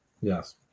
Yes